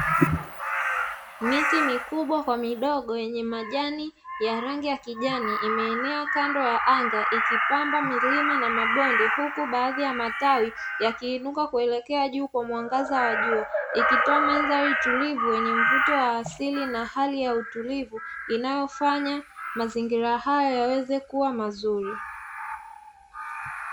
Miti mikubwa kwa midogo yenye majani ya rangi ya kijani, imeenea kando ya anga ikipamba milima na mabonde, huku baadhi ya matawi yakiinuka kuelekea juu kwa mwangaza wa jua. Ikitoa maadhari tulivu yenye mvuti wa asili na hali ya utulivu, inayofanya mazingira hayo yaweze kuwa mazuri.